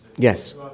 Yes